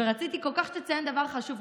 רציתי כל כך שתציין דבר חשוב.